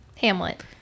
Hamlet